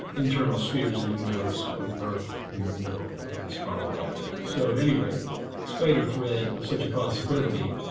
internal spheres of the universe, with earth in the middle of this hollow cavity. so at any rate, a spider thread of such a possibility,